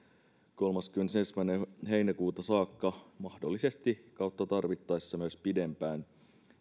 kolmaskymmenesensimmäinen heinäkuuta saakka mahdollisesti tarvittaessa myös pidempään